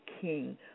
king